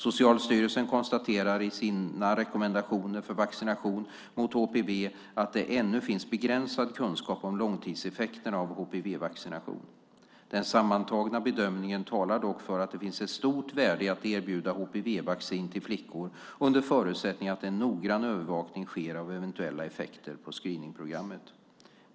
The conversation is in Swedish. Socialstyrelsen konstaterar i sina rekommendationer för vaccination mot HPV att det ännu finns begränsad kunskap om långtidseffekterna av HPV-vaccination. Den sammantagna bedömningen talar dock för att det finns ett stort värde i att erbjuda HPV-vaccin till flickor, under förutsättning att en noggrann övervakning sker av eventuella effekter på screeningprogrammet.